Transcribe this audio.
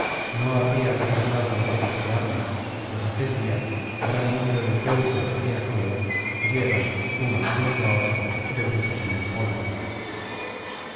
no habría reprochado los hechos de armas pues aquel día gran número de teucros y de aqueos dieron unos junto á otros de bruces en el polvo